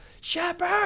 Shepard